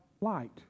light